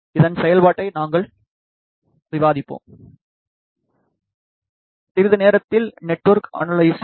இதன் செயல்பாட்டை நாங்கள் விவாதிப்போம் சிறிது நேரத்தில் நெட்வொர்க் அனலைசர்